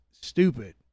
stupid